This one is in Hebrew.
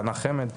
תנ"ך חמד,